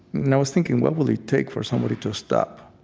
and i was thinking, what will it take for somebody to stop